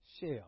shell